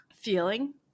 feeling